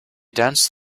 danced